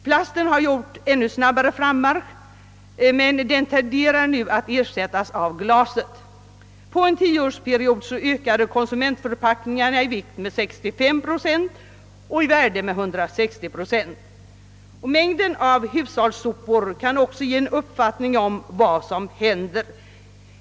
Plasten har gjort ännu snabbare frammarsch, men den tenderar nu att ersättas av glaset. Under en tioårsperiod ökade konsumentförpackningarna i vikt med 65 procent och i värde med 160 procent. Mängden av hushållssopor kan också ge en uppfattning om vad som händer.